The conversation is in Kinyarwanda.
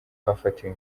bafatiwe